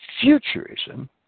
futurism